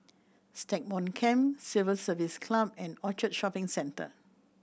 Stagmont Camp Civil Service Club and Orchard Shopping Centre